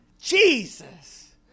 Jesus